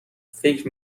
فکر